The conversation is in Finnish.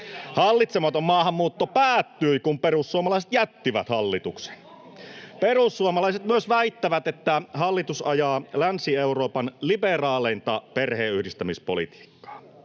Hallitsematon maahanmuutto päättyi, kun perussuomalaiset jättivät hallituksen. [Vasemmalta: Kyllä!] Perussuomalaiset myös väittävät, että hallitus ajaa ”Länsi-Euroopan liberaaleinta perheenyhdistämispolitiikkaa”.